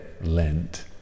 Lent